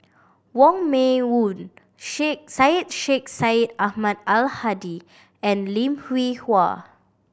Wong Meng Voon Sheikh Syed Sheikh Syed Ahmad Al Hadi and Lim Hwee Hua